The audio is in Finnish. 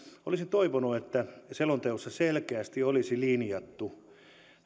olisin toivonut että selonteossa selkeästi olisi linjattu